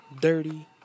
dirty